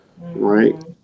right